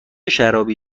شرابی